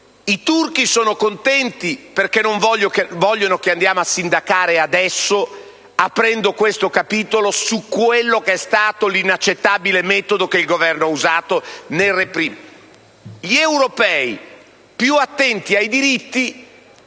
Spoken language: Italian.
i turchi sono contenti perché non vogliono che andiamo a sindacare adesso, aprendo questo capitolo, su quello che è stato l'inaccettabile metodo che il Governo ha usato nel reprimere;